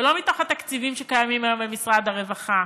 ולא מתוך התקציבים שקיימים היום במשרד הרווחה,